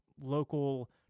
local